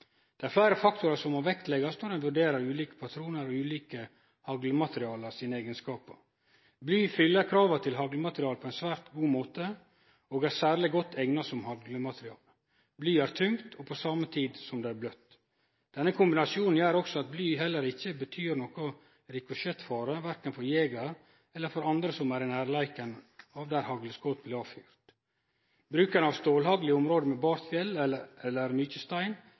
Det er fleire faktorar ein må vektlegge når ein vurderer ulike patroner og dei ulike haglmateriala sine eigenskapar. Bly fyller krava til haglmaterial på ein svært god måte, og er særleg godt eigna som haglmaterial. Bly er tungt på same tid som det er bløtt. Denne kombinasjonen gjer også at bly heller ikkje betyr rikosjettfare, korkje for jegeren eller andre som er i nærleiken av der hagleskot blir fyrte av. Bruk av stålhagl i område med bart fjell eller mykje stein